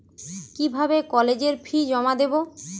কিভাবে কলেজের ফি জমা দেবো?